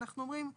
אנחנו אומרים את